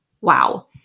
Wow